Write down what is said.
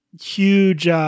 huge –